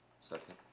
Second